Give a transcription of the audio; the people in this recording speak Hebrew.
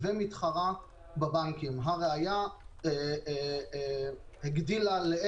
והיא מתחרה בבנקים.